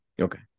Okay